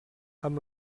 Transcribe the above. amb